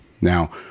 now